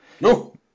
No